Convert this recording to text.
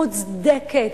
מוצדקת,